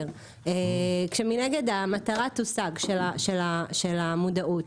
-- כשמנגד המטרה תושג, של המודעות.